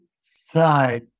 side